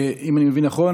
אם אני מבין נכון,